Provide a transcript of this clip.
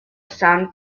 some